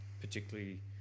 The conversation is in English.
particularly